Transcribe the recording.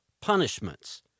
punishments